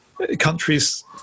Countries